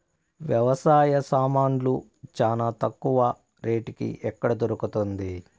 వ్యవసాయ సామాన్లు చానా తక్కువ రేటుకి ఎక్కడ దొరుకుతుంది?